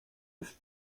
ist